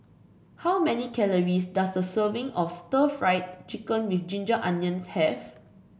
how many calories does a serving of Stir Fried Chicken with Ginger Onions have